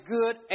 good